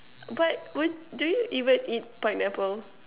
but would do you even eat pineapple